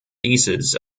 thesis